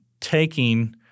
taking